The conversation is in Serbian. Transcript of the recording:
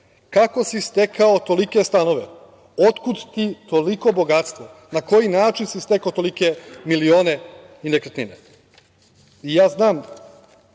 kako si stekao tolike stanove, otkud ti toliko bogatstvo, na koji način si stekao tolike milione i nekretnine? Znam da